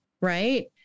right